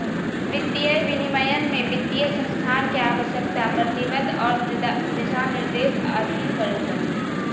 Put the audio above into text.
वित्तीय विनियमन में वित्तीय संस्थान के आवश्यकता, प्रतिबंध आर दिशानिर्देश अधीन करल जा हय